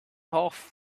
off